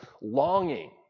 longing